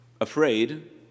afraid